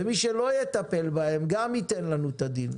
ומי שלא יטפל בהם גם ייתן לנו את הדין.